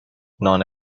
نان